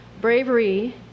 Bravery